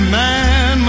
man